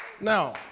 Now